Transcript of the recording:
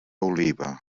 oliva